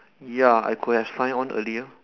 ya I could have sign on earlier